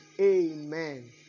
amen